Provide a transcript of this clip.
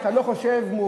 אשריך שאתה לא חושב מעוות,